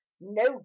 no